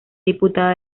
diputada